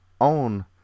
own